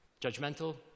Judgmental